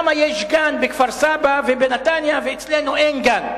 למה יש גן בכפר-סבא ובנתניה ואצלנו אין גן?